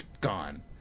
gone